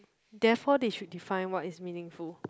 therefore they should define what is meaningful